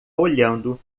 olhando